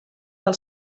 del